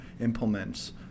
implements